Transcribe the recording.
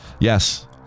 Yes